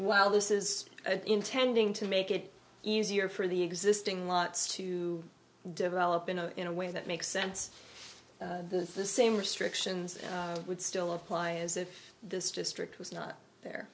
while this is intending to make it easier for the existing lots to develop in a in a way that makes sense the same restrictions would still apply as if this district was not there